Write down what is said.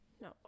No